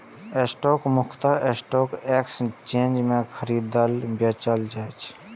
stock मुख्यतः stock exchange मे खरीदल, बेचल जाइ छै